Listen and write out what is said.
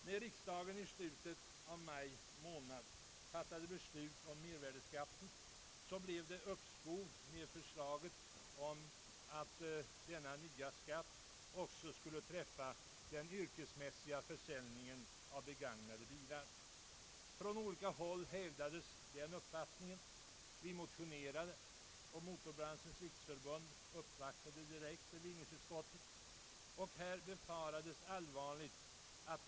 När riksdagen i slutet av maj månad fattade beslut om mervärdeskatten, uppsköts behandlingen av förslaget om att denna nya skatt också skulle träffa den yrkesmässiga försäljningen av begagnade bilar. Från olika håll befarades allvarligt att svårigheter med att inkassera skatt på begagnade bilar skulle uppstå.